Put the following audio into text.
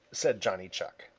said johnny chuck.